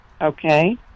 okay